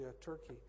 Turkey